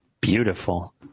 Beautiful